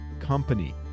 company